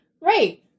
Right